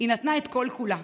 היא נתנה את כל-כולה,